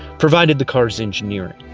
provided the car's engineering.